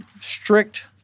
strict